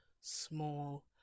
Small